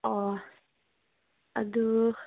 ꯑꯪ ꯑꯗꯨ